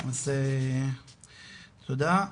אז תודה.